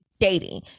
Dating